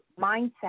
mindset